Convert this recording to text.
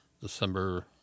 December